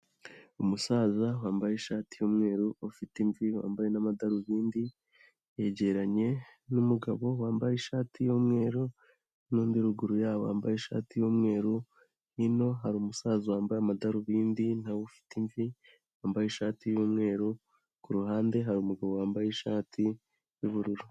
Umusaza wambaye ishati y'umweru ufite imvi wambaye n'amadarubindi. Yegeranye n'umugabo wambaye ishati y'umweru nundi ruguru yabo wambaye ishati y'umweru. Hino hari umusaza wambaye amadarubindi nawe afite imvi wambaye ishati y'umweru. Kuruhande rwe hari umugabo wambaye ishati y'ubururu.